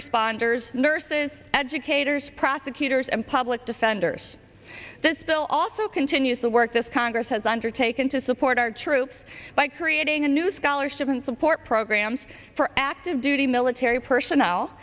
responders nurses educators prosecutors and public defenders this bill also continues the work this congress has undertaken to support our troops by creating a new scholarship in support programs for active duty military personnel